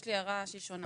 יש לי הערה שהיא שונה.